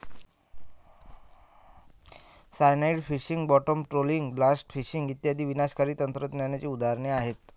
cyanide fishing, bottom trolling, blast fishing इत्यादी विनाशकारी तंत्रज्ञानाची उदाहरणे आहेत